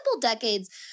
decades